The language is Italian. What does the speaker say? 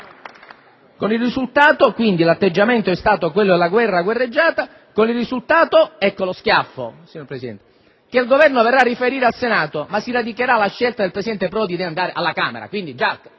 ricordiamolo. Quindi, l'atteggiamento sarebbe stato quello della guerra guerreggiata, con il risultato - ecco lo schiaffo, signor Presidente - che «il Governo verrà a riferire al Senato, ma si radicherà la scelta del presidente Prodi di andare alla Camera».